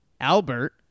Albert